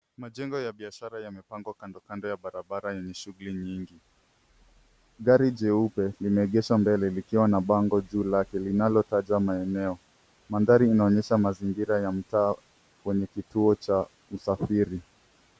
Majengo ya biashara yamepangwa kando kando ya barabara yenye shughuli nyingi. Gari jeupe limeegesha mbele likiwa na bango juu lake linalotaja maeneo. Mandhari inaonyesha mazingira ya mtaa kwenye kituo cha usafiri.